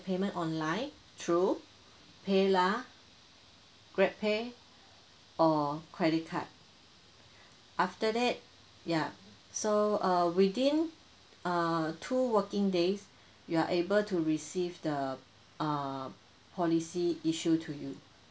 payment online through paylah grabpay or credit card after that ya so uh within err two working days you are able to receive the err policy issue to you